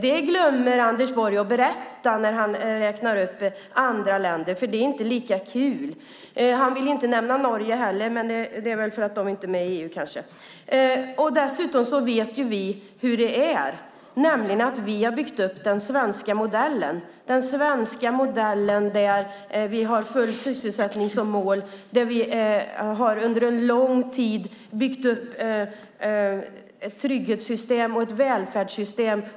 Det glömmer Anders Borg att berätta när han räknar upp andra länder. Det är inte lika kul. Han vill inte nämna Norge heller, men det är väl för att de inte är med i EU kanske. Vi vet hur det är, nämligen att vi har byggt upp den svenska modellen. Vi har full sysselsättning som mål, och vi har under lång tid byggt upp trygghetssystem och ett välfärdssystem.